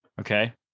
okay